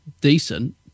decent